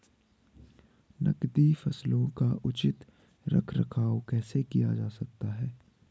नकदी फसलों का उचित रख रखाव कैसे किया जा सकता है?